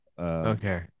okay